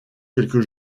quelques